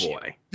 boy